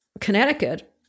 Connecticut